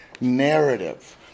narrative